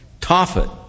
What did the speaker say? Tophet